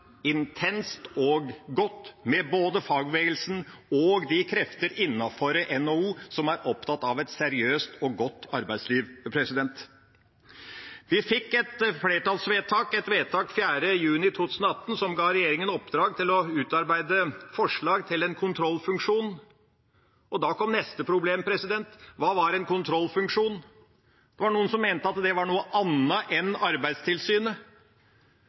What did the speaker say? intenst og godt med både fagbevegelsen og de kreftene innenfor NHO som er opptatt av et seriøst og godt arbeidsliv. Vi fikk et flertallsvedtak, et vedtak 4. juni 2018, som ga regjeringa i oppdrag å utarbeide forslag til en kontrollfunksjon, og da kom neste problem: Hva var en kontrollfunksjon? Det var noen som mente at det var noe annet enn Arbeidstilsynet.